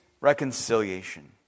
reconciliation